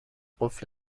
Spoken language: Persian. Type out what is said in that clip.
قفل